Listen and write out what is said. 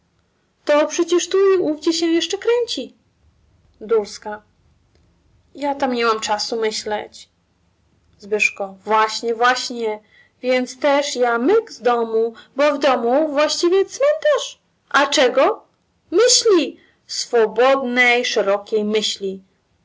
przecież tu i owdzie się jeszcze kręci ja tam niemam czasu myśleć właśnie właśnie więc też ja myk z domu bo w domu właściwie cmentarz a czego myśli swobodnej szerokiej myśli